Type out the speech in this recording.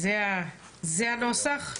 זה הנוסח?